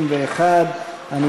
ביתנו לסעיף 1 לא נתקבלו.